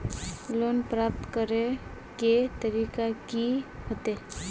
Loan प्राप्त करे के तरीका की होते?